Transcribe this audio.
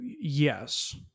yes